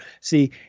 See